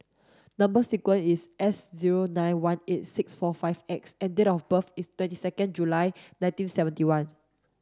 number sequence is S zero nine one eight six four five X and date of birth is twenty second July nineteen seventy one